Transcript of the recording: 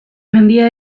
mendia